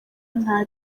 nta